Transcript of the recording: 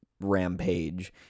rampage